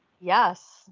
Yes